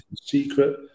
secret